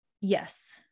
yes